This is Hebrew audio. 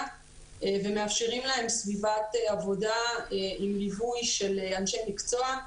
ומאפשרים להם סביבת עבודה עם ליווי של אנשי מקצוע,